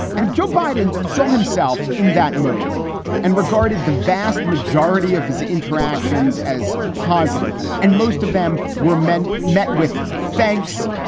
and if joe biden saw himself in that mode and regarded the vast majority of his interactions as positive and most of them were meant met with thanks,